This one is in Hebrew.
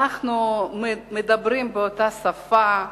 אנחנו מדברים באותה שפה,